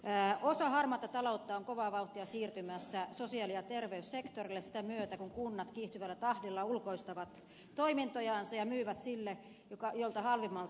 osa harmaata taloutta on kovaa vauhtia siirtymässä sosiaali ja terveyssektorille sitä myötä kun kunnat kiihtyvällä tahdilla ulkoistavat toimintojansa ja myyvät sille jolta halvimmalla saa